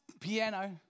piano